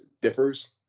differs